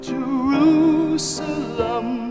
Jerusalem